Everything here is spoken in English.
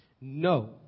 No